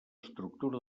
estructura